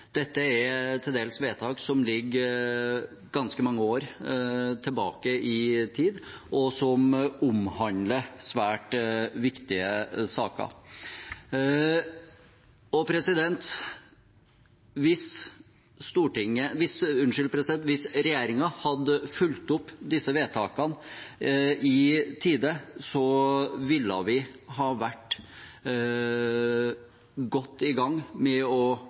Dette er til dels vedtak som ligger ganske mange år tilbake i tid, og som omhandler svært viktige saker. Hvis regjeringen hadde fulgt opp disse vedtakene i tide, ville vi ha vært godt i gang med å